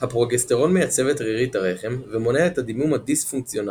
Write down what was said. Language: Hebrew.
הפרוגסטרון מייצב את רירית הרחם ומונע את הדימום הדיספונקציונלי.